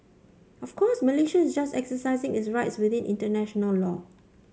of course Malaysia is just exercising its rights within international law